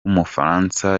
w’umufaransa